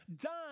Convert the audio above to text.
done